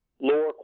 lower